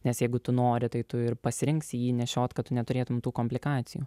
nes jeigu tu nori tai tu ir pasirinksi jį nešiot kad tu neturėtum tų komplikacijų